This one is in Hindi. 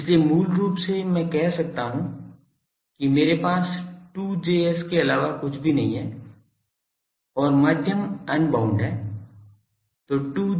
इसलिए मूल रूप से मैं कह सकता हूं कि मेरे पास 2Js के अलावा कुछ भी नहीं है और माध्यम अनबाउंड है